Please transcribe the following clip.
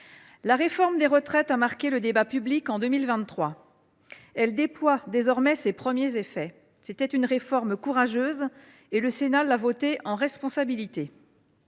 la réforme des retraites a marqué le débat public en 2023. Elle déploie désormais ses premiers effets. C’était une réforme courageuse, que le Sénat a votée en responsabilité.